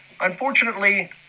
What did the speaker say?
Unfortunately